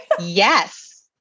Yes